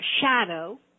shadow